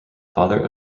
father